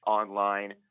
online